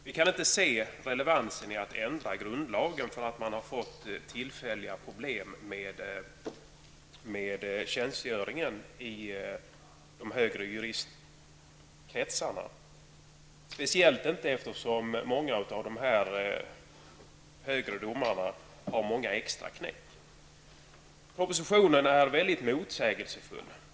Vi kan inte se relevansen i att ändra grundlagen för att man fått tillfälliga problem med tjänstgöringen i de högre juristkretsarna — speciellt inte eftersom många av de högre domarna har många extraknäck. Propositionen är mycket motsägelsefull.